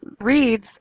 Reads